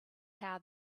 how